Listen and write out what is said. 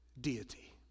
deity